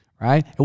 right